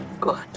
good